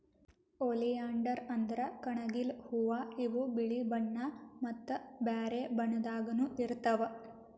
oleander ಅಂದ್ರ ಕಣಗಿಲ್ ಹೂವಾ ಇವ್ ಬಿಳಿ ಬಣ್ಣಾ ಮತ್ತ್ ಬ್ಯಾರೆ ಬಣ್ಣದಾಗನೂ ಇರ್ತವ್